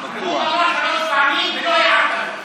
הוא אמר שלוש פעמים ולא הערת לו.